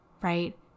right